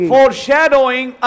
Foreshadowing